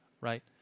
right